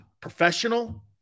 professional